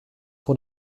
vor